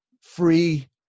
free